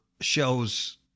shows